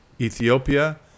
Ethiopia